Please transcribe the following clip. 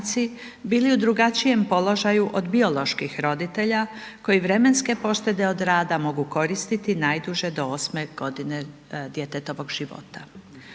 bili u drugačijem položaju od bioloških roditelja koji vremenske poštede od rada mogu koristiti najduže do 8 g. djetetovog života.